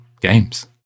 games